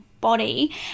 body